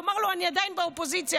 אמרת לו: אני עדיין באופוזיציה.